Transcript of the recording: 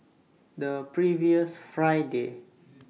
The previous Friday